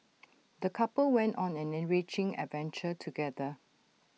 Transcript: the couple went on an enriching adventure together